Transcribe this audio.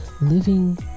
living